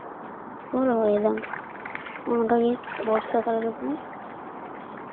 ᱠᱚ ᱨᱚᱦᱚᱭᱫᱟ ᱚᱱᱠᱟ ᱜᱮ ᱵᱚᱨᱥᱟ ᱠᱟᱞ ᱨᱮᱦᱚᱸ